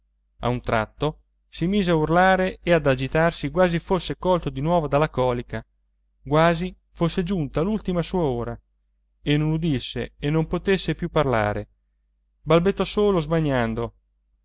a un tratto si mise a urlare e ad agitarsi quasi fosse colto di nuovo dalla colica quasi fosse giunta l'ultima sua ora e non udisse e non potesse più parlare balbettò solo smaniando